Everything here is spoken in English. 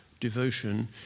Devotion